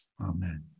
amen